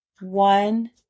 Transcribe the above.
One